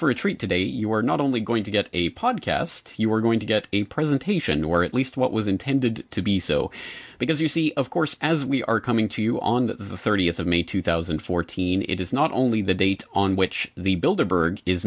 for a treat today you are not only going to get a podcast you are going to get a presentation or at least what was intended to be so because you see of course as we are coming to you on the thirtieth of may two thousand and fourteen it is not only the date on which the builder berg is